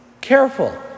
Careful